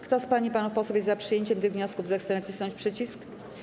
Kto z pań i panów posłów jest za przyjęciem tych wniosków, zechce nacisnąć przycisk.